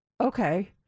Okay